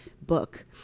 book